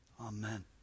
Amen